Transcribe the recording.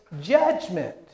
judgment